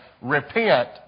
Repent